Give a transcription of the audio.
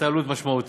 הייתה עלות משמעותית,